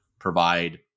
provide